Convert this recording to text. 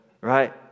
right